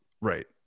Right